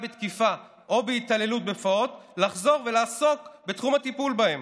בתקיפה או בהתעללות בפעוט לחזור ולעסוק בתחום הטיפול בהם?